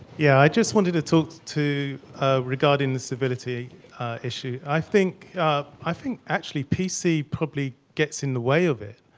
yeah, i just wanted to talk to regarding the civility issue. i think i think actually p c. probably gets in the way of it.